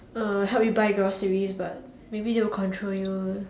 uh help you buy groceries but maybe they will control you